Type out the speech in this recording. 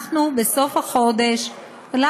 אנחנו בסוף החודש, לא.